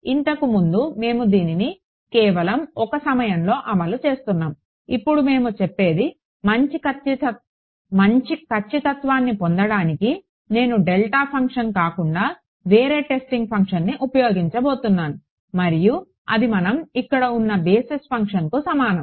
ఇంతకుముందు మేము దీన్ని కేవలం ఒక సమయంలో అమలు చేస్తున్నాము ఇప్పుడు మేము చెప్పేది మంచి ఖచ్చితత్వాన్ని పొందడానికి నేను డెల్టా ఫంక్షన్ కాకుండా వేరే టెస్టింగ్ ఫంక్షన్ని ఉపయోగించబోతున్నాను మరియు అది మనం ఇక్కడ ఉన్న బేసిస్ ఫంక్షన్కు సమానం